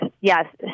yes